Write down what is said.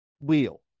wheel